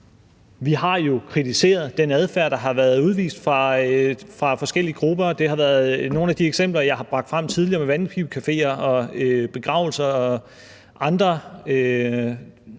jo har kritiseret den adfærd, der har været udvist fra forskellige grupper, og det har været nogle af de eksempler, jeg har bragt frem tidligere, med vandpibecafeer og begravelser og andre